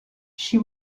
she